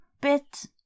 bit